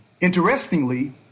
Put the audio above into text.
Interestingly